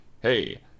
hey